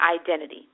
identity